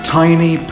tiny